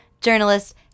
journalist